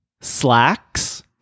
Slacks